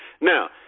Now